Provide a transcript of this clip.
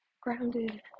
grounded